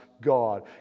God